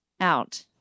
out